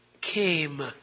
came